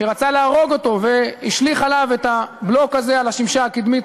שרצה להרוג אותו והשליך עליו את הבלוק הזה על השמשה הקדמית,